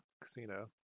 casino